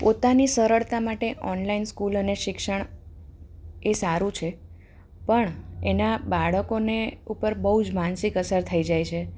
પોતાની સરળતા માટે ઓનલાઈન સ્કૂલ અને શિક્ષણ એ સારું છે પણ એના બાળકોને ઉપર બહુ જ માનસિક અસર થઈ જાય છે